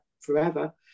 forever